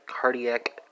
cardiac